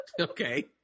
Okay